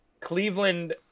Cleveland